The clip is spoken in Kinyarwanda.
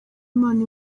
imana